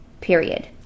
period